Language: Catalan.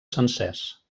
sencers